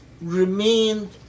remained